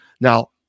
Now